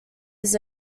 his